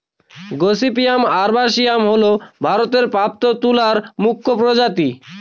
gossypium arboreum হল ভারতে প্রাপ্ত তুলার মুখ্য প্রজাতি